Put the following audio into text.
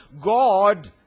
God